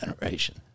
generation